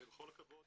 ובכל הכבוד,